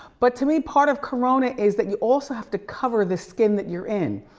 but to me, part of corona is that you also have to cover the skin that you're in,